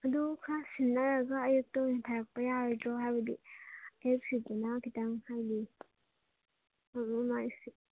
ꯑꯗꯣ ꯈꯔ ꯁꯤꯟꯅꯔꯒ ꯑꯌꯨꯛꯇ ꯑꯣꯏꯅ ꯊꯥꯔꯛꯄ ꯌꯥꯔꯣꯏꯗ꯭ꯔꯣ ꯍꯥꯏꯕꯗꯤ ꯑꯌꯨꯛꯁꯤꯗꯅ ꯈꯤꯇꯪ ꯍꯥꯏꯗꯤ